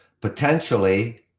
Potentially